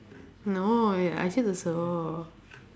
no also